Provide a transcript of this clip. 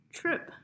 trip